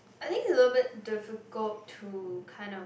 I think it's a little bit difficult to kind of